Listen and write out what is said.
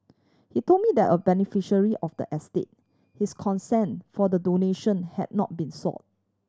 he told me the a beneficiary of the estate his consent for the donation had not been sought